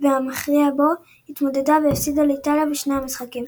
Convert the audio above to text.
בו התמודדה והפסידה לאיטליה בשני המשחקים.